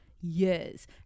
years